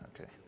Okay